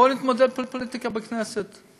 בואו נתמודד עם פוליטיקה בכנסת.